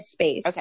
okay